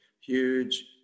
huge